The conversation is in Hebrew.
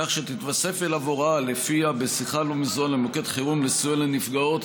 כך שתתווסף אליו הוראה שלפיה בשיחה לא מזוהה למוקד חירום לסיוע לנפגעות